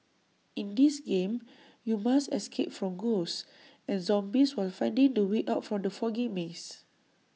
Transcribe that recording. in this game you must escape from ghosts and zombies while finding the way out from the foggy maze